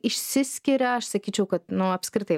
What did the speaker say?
išsiskiria aš sakyčiau kad nu apskritai